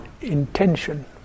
intention